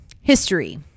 History